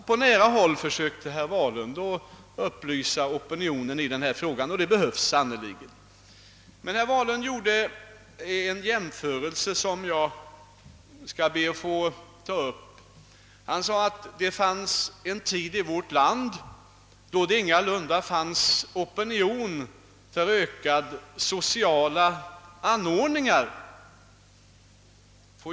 På nära håll försökte han upplysa opinionen i denna fråga, och det behövs sannerligen. Herr Wahlund gjorde emellertid en jämförelse som jag vill kommentera. Han sade att det var en tid i vårt land då det ingalunda fanns opinion för ökade sociala anordningar.